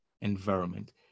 environment